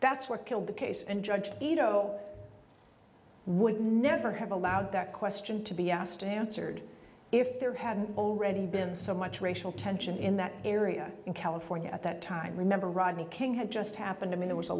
that's what killed the case and judge ito would never have allowed that question to be asked and answered if there hadn't already been so much racial tension in that area in california at that time remember rodney king had just happened to me there was a